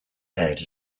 aired